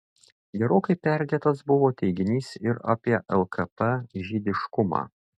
gerokai perdėtas buvo teiginys ir apie lkp žydiškumą